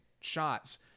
shots